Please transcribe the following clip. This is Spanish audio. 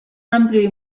amplio